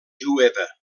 jueva